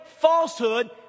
falsehood